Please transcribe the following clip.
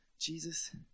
Jesus